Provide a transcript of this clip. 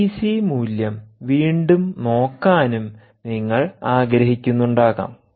A D C മൂല്യം വീണ്ടും നോക്കാനും നിങ്ങൾ ആഗ്രഹിക്കുന്നുണ്ടാകാം